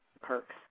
perks